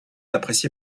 apprécié